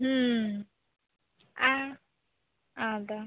ᱦᱮᱸ ᱟᱨ ᱟᱫᱚ